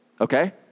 okay